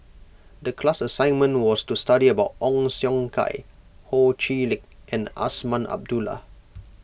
the class assignment was to study about Ong Siong Kai Ho Chee Lick and Azman Abdullah